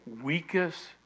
weakest